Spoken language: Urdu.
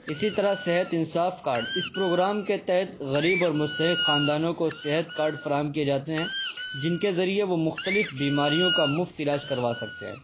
اسی طرح صحت انصاف کاڈ اس پروگرام کے تحت غریب اور مستحق خاندانوں کو صحت کاڈ فراہم کیے جاتے ہیں جن کے ذریعے وہ مختلف بیماریوں کا مفت علاج کروا سکتے ہیں